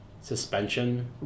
suspension